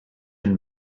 and